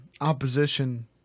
opposition